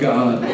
God